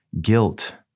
guilt